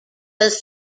was